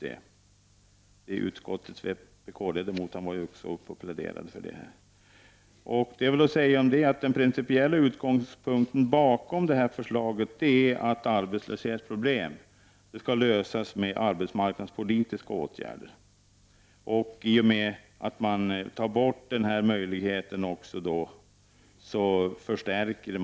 I reservation nr 6 går utskottets vpk-ledamot emot detta förslag. Den principiella utgångspunkten bakom förslaget är att arbetslöshetsproblem skall lösas med arbetsmarknadspolitiska åtgärder. Genom att rätten till förtidspension av enbart arbetsmarknadsskäl tas bort hävdas arbetslinjen.